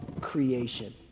creation